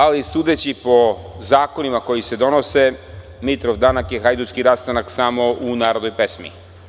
Ali, sudeći po zakonima koji se donose, Mitrov danak i hajdučki rastanak samo u narodnoj pesmi.